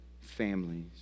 families